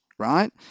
right